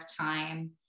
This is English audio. time